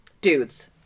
dudes